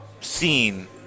seen –